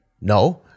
No